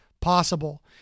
possible